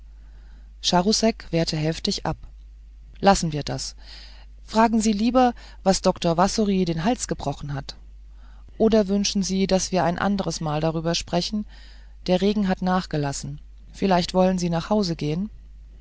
wehrte heftig ab lassen wir das fragen sie lieber was dr wassory den hals gebrochen hat oder wünschen sie daß wir ein andres mal darüber sprechen der regen hat nachgelassen vielleicht wollen sie nach hause gehen